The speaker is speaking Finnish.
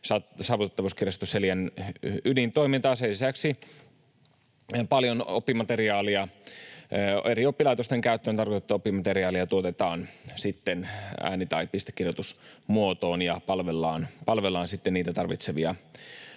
Saavutettavuuskirjasto Celian ydintoimintaa. Sen lisäksi paljon eri oppilaitosten käyttöön tarkoitettua oppimateriaalia tuotetaan ääni- tai pistekirjoitusmuotoon ja palvellaan niitä tarvitsevia